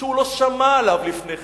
שהוא לא שמע עליו לפני כן.